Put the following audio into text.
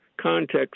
context